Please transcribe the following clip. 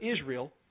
Israel